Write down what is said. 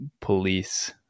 police